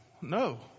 No